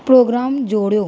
programme जोड़ियो